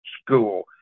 school